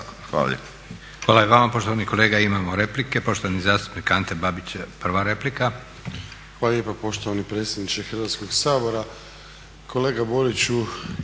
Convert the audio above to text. Hvala i vama poštovani kolega. Imamo replike. Poštovani zastupnik Ante Babić, prva replika. **Babić, Ante (HDZ)** Hvala lijepa poštovani predsjedniče Hrvatskoga sabora. Kolega Boriću,